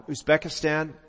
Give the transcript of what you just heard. Uzbekistan